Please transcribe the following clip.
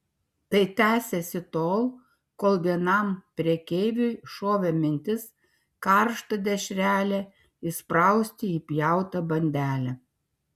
tai tęsėsi tol kol vienam prekeiviui šovė mintis karštą dešrelę įsprausti į įpjautą bandelę